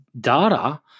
data